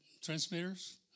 transmitters